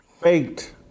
faked